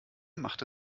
machte